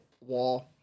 Wall